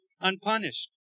unpunished